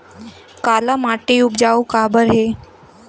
काला माटी उपजाऊ काबर हे?